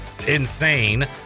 insane